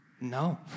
No